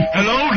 Hello